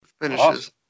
finishes